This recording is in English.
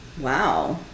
Wow